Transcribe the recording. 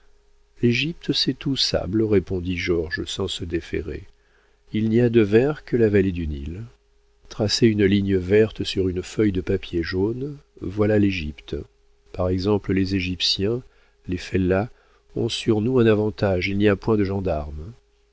l'égypte c'est tout sables répondit georges sans se déferrer il n'y a de vert que la vallée du nil tracez une ligne verte sur une feuille de papier jaune voilà l'égypte par exemple les égyptiens les fellahs ont sur nous un avantage il n'y a point de gendarmes